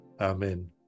Amen